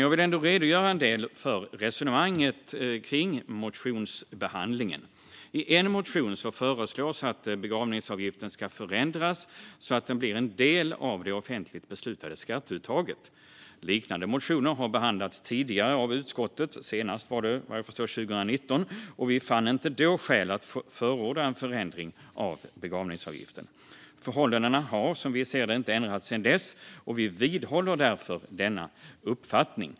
Jag vill ändå redogöra en del för resonemanget kring motionsbehandlingen. I en motion föreslås att begravningsavgiften ska förändras så att den blir en del av det offentligt beslutade skatteuttaget. Liknande motioner har behandlats tidigare av utskottet, senast 2019, och vi fann då inte skäl att förorda en förändring av begravningsavgiften. Förhållandena har som vi ser det inte ändrats sedan dess, och vi vidhåller därför denna uppfattning.